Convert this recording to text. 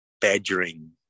badgering